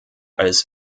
als